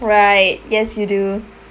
right yes you do